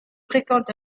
fréquente